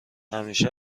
همیشه